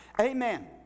amen